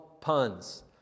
puns